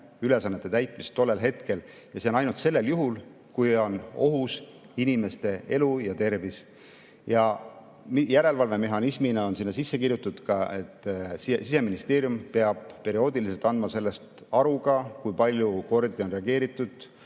mereväeülesannete täitmist tollel hetkel. See on ainult sellel juhul, kui on ohus inimeste elu ja tervis. Järelevalvemehhanismina on sinna sisse kirjutatud ka, et Siseministeerium peab perioodiliselt andma aru, kui palju kordi on reageeritud,